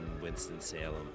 winston-salem